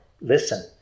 listen